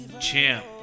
Champ